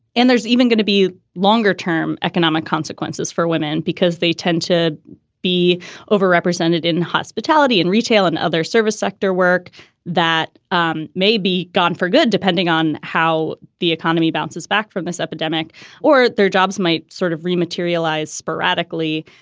and there's even going to be longer term economic consequences for women because they tend to be overrepresented in hospitality and retail and other service sector work that um may be gone for good depending on how the economy bounces back from this epidemic or their jobs might sort of re materialize sporadically.